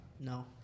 No